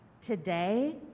Today